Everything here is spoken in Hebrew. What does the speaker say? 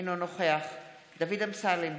אינו נוכח דוד אמסלם,